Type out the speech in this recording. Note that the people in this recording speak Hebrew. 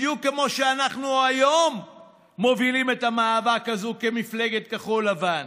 בדיוק כמו שאנחנו היום מובילים את המאבק הזה כמפלגת כחול לבן,